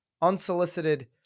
unsolicited